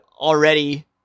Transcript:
already